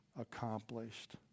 accomplished